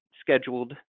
scheduled